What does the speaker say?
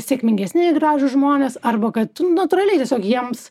sėkmingesni gražūs žmonės arba kad natūraliai tiesiog jiems